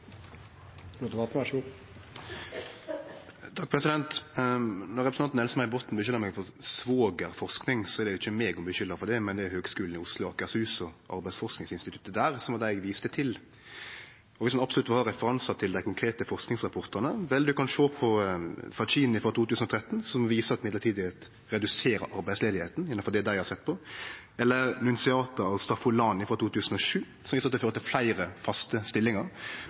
Rotevatn har hatt ordet to ganger tidligere og får ordet til en kort merknad, begrenset til 1 minutt. Når representanten Else May Botten skuldar meg for «svogerforskning», er det ikkje meg ho skuldar for det, men Høgskolen i Oslo og Akershus og Arbeidsforskningsinstituttet der, som var dei eg viste til. Og viss ho absolutt vil ha referansar til dei konkrete forskingsrapportane, kan ho sjå på Faccini frå 2013, som viser at mellombels stillingar reduserer arbeidsløysa innanfor det dei har sett på, eller Nunziata og Staffolani frå 2007, som viser at det fører til fleire faste